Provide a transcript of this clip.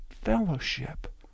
fellowship